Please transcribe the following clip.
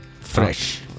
fresh